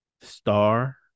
star